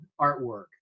artwork